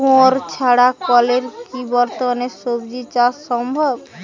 কুয়োর ছাড়া কলের কি বর্তমানে শ্বজিচাষ সম্ভব?